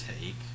take